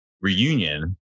reunion